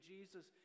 Jesus